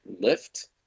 lift